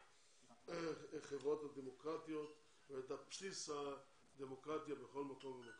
החברות הדמוקרטיות ואת בסיס הדמוקרטיה בכל מקום ומקום.